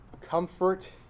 comfort